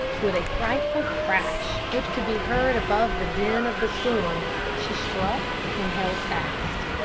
with a frightful crash which could be heard above the din of the storm she struck and held fast.